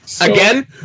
Again